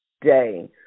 day